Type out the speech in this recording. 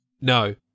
No